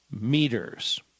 meters